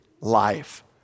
life